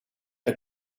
the